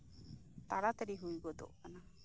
ᱛᱟᱲᱟ ᱛᱟᱲᱤ ᱦᱩᱭ ᱜᱚᱫᱚᱜ ᱠᱟᱱᱟ